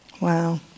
Wow